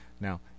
now